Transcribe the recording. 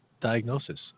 diagnosis